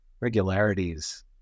Regularities